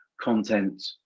content